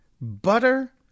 butter